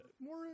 more